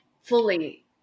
fully